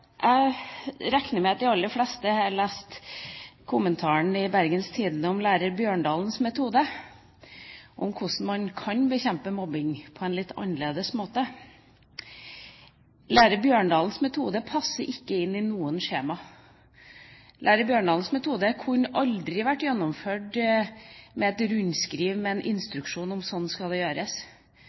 Jeg regner med at de aller fleste har lest kommentaren i Bergens Tidende om lærer Bjørndals metode, om hvordan man kan bekjempe mobbing på en litt annerledes måte. Lærer Bjørndals metode passer ikke inn i noe skjema. Lærer Bjørndals metode kunne aldri vært gjennomført med et rundskriv med en instruksjon om at slik skal det gjøres.